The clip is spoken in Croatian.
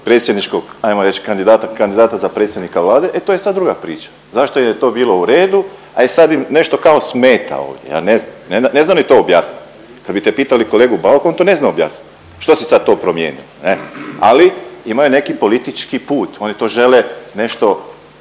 predsjedničkog hajmo reći kandidata, kandidata za predsjednika Vlade e to je sad druga priča. Zašto je to bilo u redu? E sad im nešto kao smeta ovdje. Ja ne znam to. Ne znaju oni to objasniti. Kad biste pitali kolegu Bauka on to ne zna objasniti što se sad to promijenilo ne? Ali imaju neki politički put, oni to žele nešto